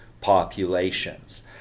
populations